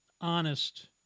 honest